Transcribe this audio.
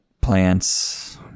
plants